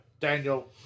Daniel